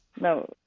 No